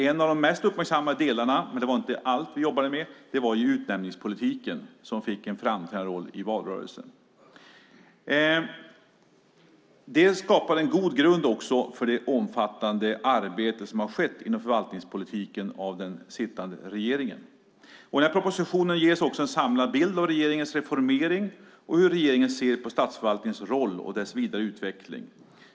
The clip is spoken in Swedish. En av de mest uppmärksammade delarna som vi jobbade med var utnämningspolitiken som fick en framträdande roll i valrörelsen. Men det var inte det enda som vi jobbade med. Detta skapade en god grund för det omfattande arbete som har skett inom förvaltningspolitiken av den sittande regeringen. I denna proposition ges en samlad bild av regeringens reformering och hur regeringen ser på statsförvaltningens roll och dess vidare utveckling.